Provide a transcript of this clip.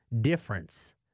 difference